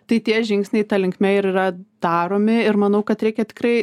tai tie žingsniai ta linkme ir yra daromi ir manau kad reikia tikrai